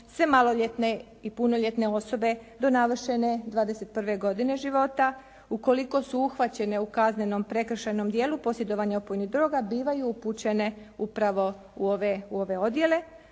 sve maloljetne i punoljetne osobe do navršene 21 godine života ukoliko su uhvaćene u kaznenom prekršajnom djelu posjedovanja opojnih droga bivaju upućene upravo u ove odjele